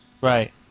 Right